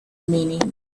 meaning